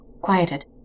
quieted